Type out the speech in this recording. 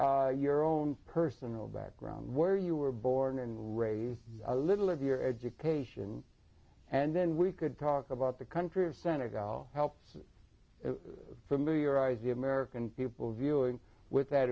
share your own personal background where you were born and raised a little of your education and then we could talk about the country of senegal helps familiarize the american people viewing with